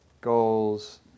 goals